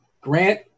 Grant